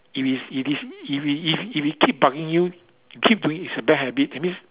if it's it is if it if if it keep bugging you you keep doing it's a bad habit that means